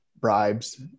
bribes